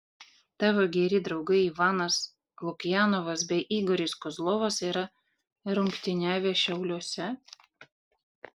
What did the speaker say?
tavo geri draugai ivanas lukjanovas bei igoris kozlovas yra rungtyniavę šiauliuose